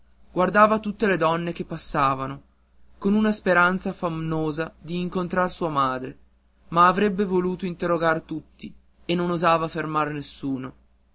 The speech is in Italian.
guardava tutte le donne che passavano con una speranza affannosa di incontrar sua madre avrebbe voluto interrogar tutti e non osava fermar nessuno